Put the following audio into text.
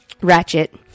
Ratchet